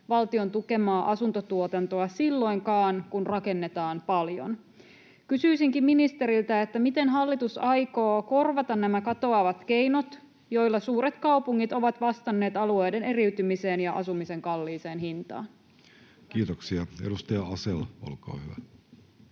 valtion tukemaa asuntotuotantoa silloinkaan, kun rakennetaan paljon. Kysyisinkin ministeriltä: miten hallitus aikoo korvata nämä katoavat keinot, joilla suuret kaupungit ovat vastanneet alueiden eriytymiseen ja asumisen kalliiseen hintaan? Kiitoksia. — Edustaja Asell, olkaa hyvä.